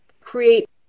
create